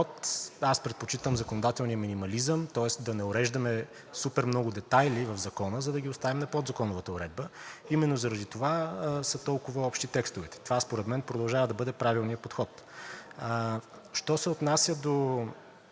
аз предпочитам законодателния минимализъм, тоест да не уреждаме супер много детайли в закона, за да ги оставим в подзаконовата уредба, именно заради това са толкова общи текстовете. Това според мен продължава да бъде правилният подход. Що се отнася до